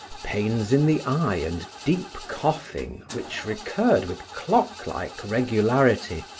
pains in the eye and deep coughing which recurred with clock-like regularity,